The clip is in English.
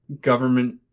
government